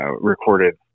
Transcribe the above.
Recorded